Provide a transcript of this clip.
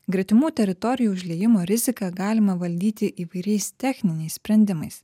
gretimų teritorijų užliejimo riziką galima valdyti įvairiais techniniais sprendimais